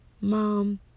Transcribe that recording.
mom